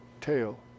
tail